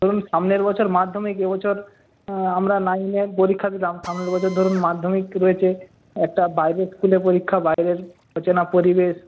ধরুন সামনের বছর মাধ্যমিক এ বছর আমরা নাইনের পরীক্ষা দিলাম সামনের বছর ধরুন মাধ্যমিক তো রয়েছে একটা বাইরের ছেলে পরীক্ষা বাইরের অচেনা পরিবেশ